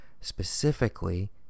specifically